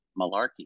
malarkey